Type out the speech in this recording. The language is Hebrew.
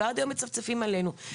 ועד היום מצפצפים עלינו.